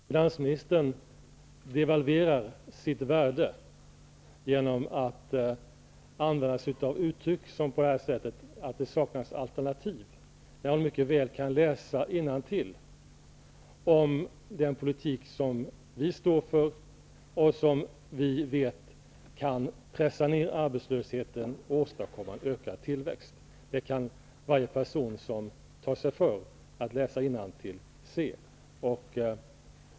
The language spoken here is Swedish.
Herr talman! Finansministern devalverar sitt värde när hon ger uttryck för att det skulle saknas alternativ. Finansministern kan ju mycket väl läsa innantill vad som sägs om den politik som vi står för och som vi vet kan pressa ner arbetslösheten och åstadkomma en ökad tillväxt. Varje person som tar sig före att läsa innantill märker det.